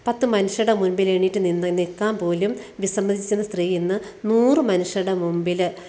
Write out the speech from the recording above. പത്ത് മനുഷ്യരുടെ മുമ്പിൽ എണീറ്റ് നിന്ന് നിൽക്കാൻ പോലും വിസമ്മതിച്ചിരുന്ന സ്ത്രീ ഇന്ന് നൂറ് മനുഷ്യരുടെ മുമ്പിൽ